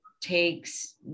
takes